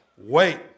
Wait